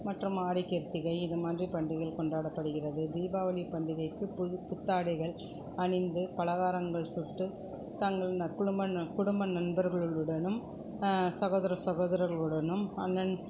மற்றும் ஆடி கிருத்திகை இது மாதிரி பண்டிகைகள் கொண்டாடப்படுகிறது தீபாவளி பண்டிகைக்கு புது புத்தாடைகள் அணிந்து பலகாரங்கள் சுட்டு தங்கள் ந குடும்ப குடும்ப நண்பர்களுவுடனும் சகோதர சகோதர்களுவுடனும் அண்ணன்